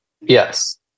yes